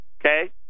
Okay